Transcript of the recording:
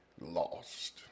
lost